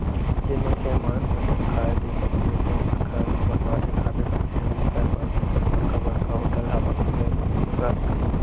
जेन मनखे ह मांस मटन खांए के सौकिन रहिथे ओमन घर म बनवा के खाबे करथे अउ एखर बर बिकट बड़का बड़का होटल ढ़ाबा खुले घलोक हे